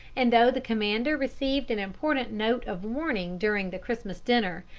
and though the commander received an important note of warning during the christmas dinner,